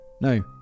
no